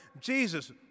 Jesus